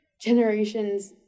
generations